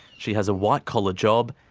she has a white-collar job,